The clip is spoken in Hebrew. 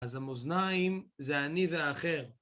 אז המאזניים זה אני והאחר.